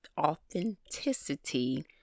authenticity